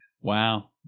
Wow